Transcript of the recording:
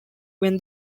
when